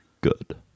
good